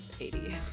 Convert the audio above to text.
80s